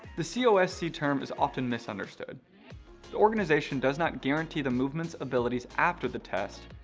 the c o s c. term is often misunderstood. the organization does not guarantee the movements abilities after the test,